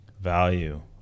value